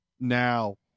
now